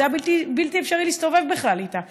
זה היה בלתי אפשרי להסתובב איתה בכלל.